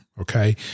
okay